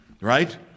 right